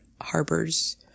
harbors